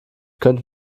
könnte